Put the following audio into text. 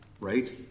Right